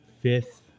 fifth